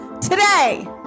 today